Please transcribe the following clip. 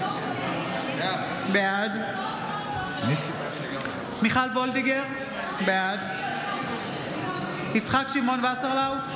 בעד מיכל מרים וולדיגר, בעד יצחק שמעון וסרלאוף,